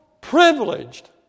privileged